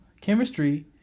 chemistry